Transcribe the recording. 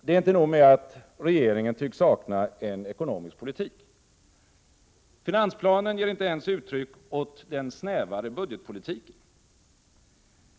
Det är inte nog med att regeringen tycks sakna en ekonomisk politik. Finansplanen ger inte ens uttryck åt den snävare budgetpolitiken.